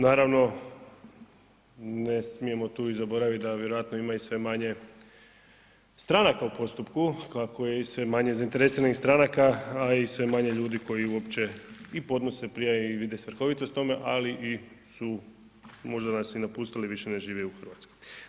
Naravno, ne smijemo tu i zaboravit da vjerojatno ima i sve manje stranaka u postupku kako je i sve manje zainteresiranih stranaka a i sve manje ljudi koji uopće i podnose prijave i vide svrhovitost tome ali su možda nas i napustili i više ne žive u Hrvatskoj.